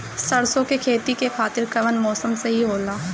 सरसो के खेती के खातिर कवन मौसम सही होला?